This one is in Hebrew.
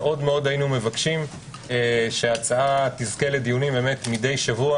מאוד היינו מבקשים שההצעה תזכה לדיונים מדי שבוע.